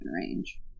range